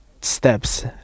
steps